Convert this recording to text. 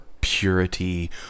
purity